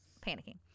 Panicking